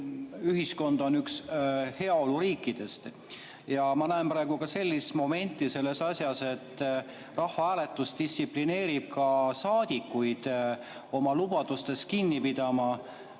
ühiskond on üks heaoluriikidest. Ma näen praegu sellist momenti selles asjas, et rahvahääletus distsiplineerib ka saadikuid oma lubadustest kinni pidama.